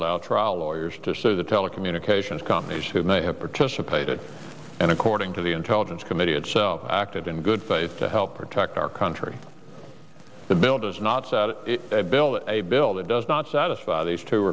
allow trial lawyers to sue the telecommunications companies who may have participated and according to the intelligence committee itself acted in good faith to help protect our country the bill does not set a bill that a bill that does not satisfy these two